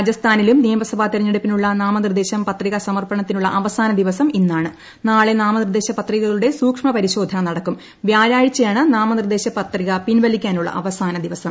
രാജസ്ഥാനിലും നിയമസഭാ തെരഞ്ഞെടുപ്പിനുള്ള നാമനിർദ്ദേശം പത്രിക സമർപ്പണത്തിനുള്ള അവസാന ദിവസം ഇന്നാണ് നാളെ നാമനിർദ്ദേശ പത്രികകളുടെ സൂക്ഷ്മു പൂരിശോധന നടക്കും വ്യാഴാഴ്ചയാണ് നാമനിർദ്ദേശ ദ്വീതിക് പിൻവലിക്കാനുള്ള അവസാന ദിവസം